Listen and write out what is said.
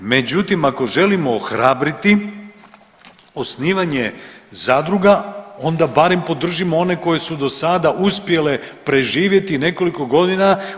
Međutim ako želimo ohrabriti osnivanje zadruga onda barem podržimo one koje su dosada uspjele preživjeti nekoliko godina.